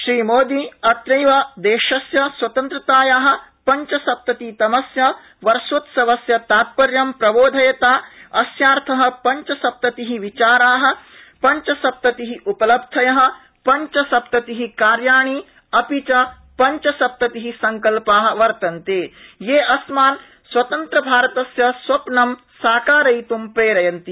श्रीमोदी अत्रैव देशस्य स्वतन्त्रताया पंचसप्ततितमस्य वर्षोत्सवस्य तात्पर्यं प्रबोधयता अस्यार्थ पंचसप्तति विचारा पंचसप्तति उपलब्धयः पंचसप्तति कार्याणि अपि च पंचसप्तति संकल्पा वर्तन्ते ये अस्मान् स्वतन्त्रभारतस्य स्वप्न साकारयित्ं प्रेरयन्ति